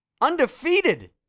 Undefeated